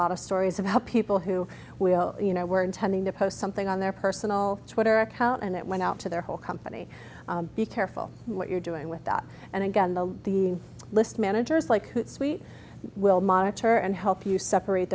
lot of stories about people who will you know were intending to post something on their personal twitter account and it went out to their whole company be careful what you're doing with that and again the the list managers like hoot suite will monitor and help you separate